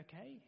okay